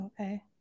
Okay